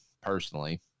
personally